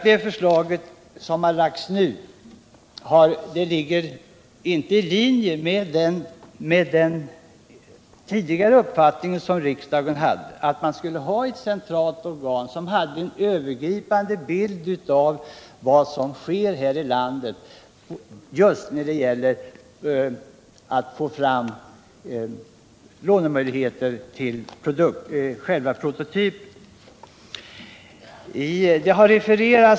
Det förslag som har lagts nu är inte i linje med riksdagens tidigare uppfattning, att man skulle ha ett centralt organ som hade en övergripande bild av vad som sker här i landet just när det gäller att få fram lånemöjligheter till prototyper.